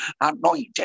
anointed